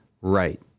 right